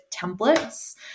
templates